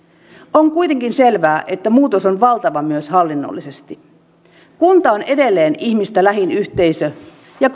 on kuitenkin selvää että muutos on valtava myös hallinnollisesti kunta on edelleen ihmistä lähin yhteisö ja